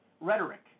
rhetoric